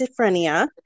schizophrenia